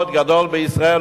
גדול מאוד בישראל,